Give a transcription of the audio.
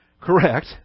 correct